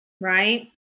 right